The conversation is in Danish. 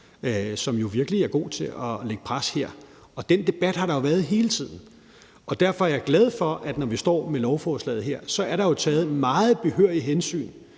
som jo virkelig er god til at lægge pres her. Den debat har der jo været hele tiden, og derfor er jeg glad for, at der i forhold til lovforslaget her jo er taget meget behørigt hensyn